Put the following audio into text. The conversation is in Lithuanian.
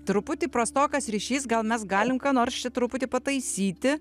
truputį prastokas ryšys gal mes galim ką nors čia truputį pataisyti